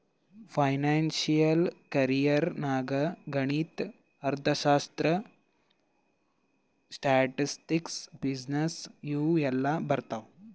financial career ನಾಗ್ ಗಣಿತ, ಅರ್ಥಶಾಸ್ತ್ರ, ಸ್ಟ್ಯಾಟಿಸ್ಟಿಕ್ಸ್, ಬಿಸಿನ್ನೆಸ್ ಇವು ಎಲ್ಲಾ ಬರ್ತಾವ್